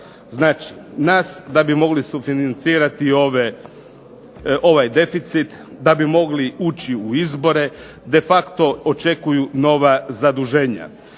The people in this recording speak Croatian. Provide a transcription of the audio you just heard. Znači nas da bi mogli sufinancirati ovaj deficit, da bi mogli ući u izbore, de facto očekuju nova zaduženja.